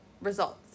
results